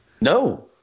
No